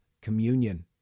Communion